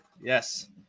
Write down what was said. Yes